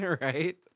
right